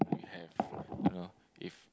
you have I don't know